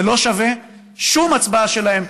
זה לא שווה שום הצבעה שלהם,